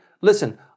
Listen